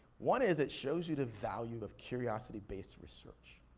one is it shows you the value of curiosity-based research.